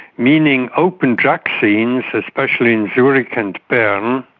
meaning open drug scenes, especially in zurich and bern,